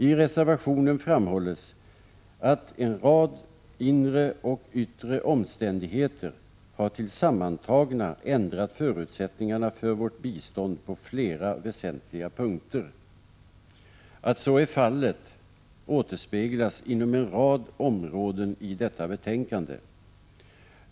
I reservationen framhålls ”en rad inre och yttre omständigheter som tillsammantagna har ändrat förutsättningarna för vårt bistånd på flera väsentliga punkter”. Att så är fallet återspeglas inom en rad områden i detta betänkande.